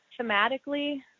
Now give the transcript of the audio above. thematically